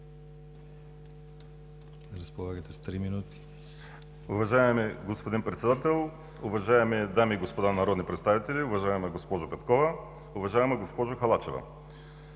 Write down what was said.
Разполагате с три минути.